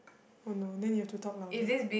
oh no then you have to talk louder